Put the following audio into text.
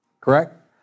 Correct